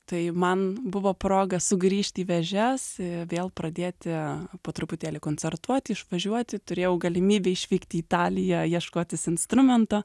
tai man buvo proga sugrįžti į vėžes i vėl pradėti po truputėlį koncertuoti išvažiuoti turėjau galimybę išvykti į italiją ieškotis instrumento